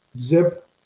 Zip